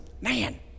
man